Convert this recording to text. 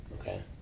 Okay